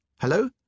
Hello